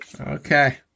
okay